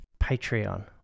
Patreon